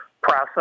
process